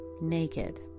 naked